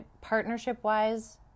partnership-wise